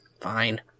fine